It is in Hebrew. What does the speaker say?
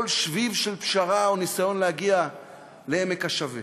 כל שביב של פשרה או ניסיון להגיע לעמק השווה.